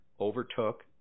overtook